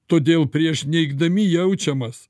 todėl prieš neigdami jaučiamas